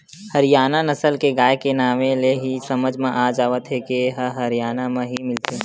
हरियाना नसल के गाय के नांवे ले ही समझ म आ जावत हे के ए ह हरयाना म ही मिलथे